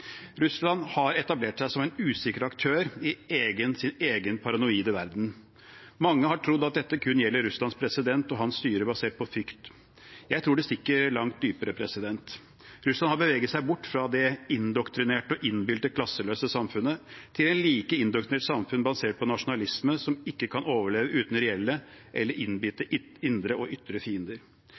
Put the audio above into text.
Russland har etablert seg som en usikker aktør i sin egen paranoide verden. Mange har trodd at dette kun gjelder Russlands president og hans styre basert på frykt. Jeg tror det stikker langt dypere. Russland har beveget seg bort fra det indoktrinerte og innbilte klasseløse samfunnet til et like indoktrinert samfunn basert på nasjonalisme som ikke kan overleve uten reelle eller innbilte indre og ytre fiender.